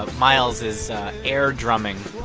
miles is air-drumming